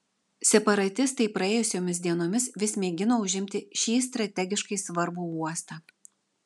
separatistai praėjusiomis dienomis vis mėgino užimti šį strategiškai svarbų uostą